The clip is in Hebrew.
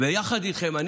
ויחד איתכם,